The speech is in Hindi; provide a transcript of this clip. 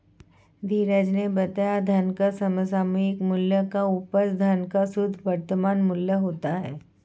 धीरज ने बताया धन का समसामयिक मूल्य की उपज धन का शुद्ध वर्तमान मूल्य होता है